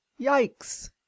Yikes